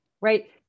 right